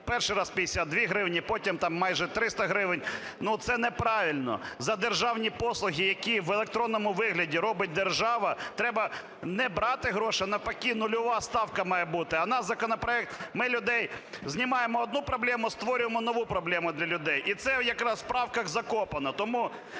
Перший раз – 52 гривні, потім – там майже 300 гривень. Ну, це неправильно. За державні послуги, які в електронному вигляді робить держава, треба не брати гроші, а навпаки нульова ставка має бути. А у нас законопроект… Ми людей… Знімаємо одну проблему, створюємо нову проблему для людей. І це якраз в правках "закопано".